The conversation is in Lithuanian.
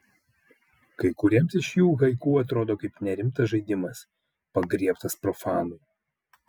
kai kuriems iš jų haiku atrodo kaip nerimtas žaidimas pagriebtas profanų